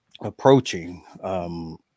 approaching